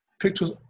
pictures